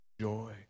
joy